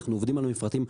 אנחנו עובדים על המפרטים.